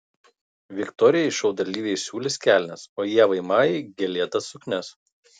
viktorijai šou dalyviai siūlys kelnes o ievai majai gėlėtas suknias